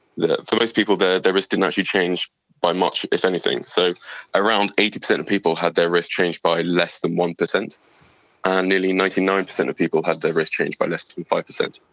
for most people their their risk didn't actually change by much, if anything. so around eighty percent of people had their risk changed by less than one percent, and nearly ninety nine percent of people had their risk changed by less than five percent.